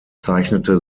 zeichnete